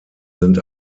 sind